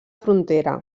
frontera